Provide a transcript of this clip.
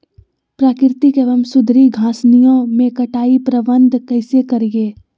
प्राकृतिक एवं सुधरी घासनियों में कटाई प्रबन्ध कैसे करीये?